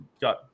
got